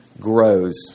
grows